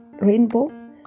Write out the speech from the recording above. rainbow